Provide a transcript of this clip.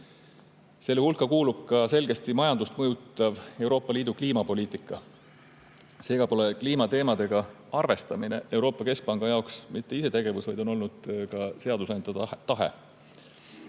Selle hulka kuulub ka selgesti majandust mõjutav Euroopa Liidu kliimapoliitika. Seega pole kliimateemadega arvestamine Euroopa Keskpanga jaoks mitte isetegevus, vaid on olnud ka seadusandja